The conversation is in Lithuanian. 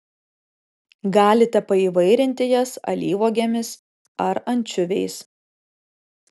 galite paįvairinti jas alyvuogėmis ar ančiuviais